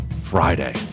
Friday